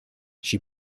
she